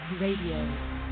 Radio